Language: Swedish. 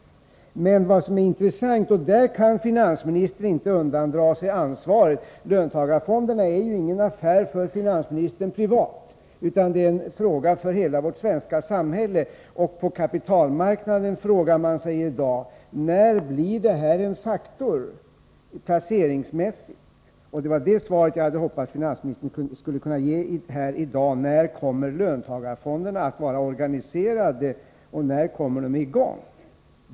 Men finansministern kan inte undandra sig ansvaret. Löntagarfonderna är ingen affär för finansministern privat, utan en angelägenhet för hela vårt svenska samhälle. På kapitalmarknaden frågar man sig i dag: När blir fonderna en faktor placeringsmässigt? Det var svaret på den frågan som jag hade hoppats att finansministern skulle kunna ge här i dag. När kommer löntagarfonderna att vara organiserade, och när kommer de i gång?